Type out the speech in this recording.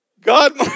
God